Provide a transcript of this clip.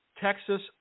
Texas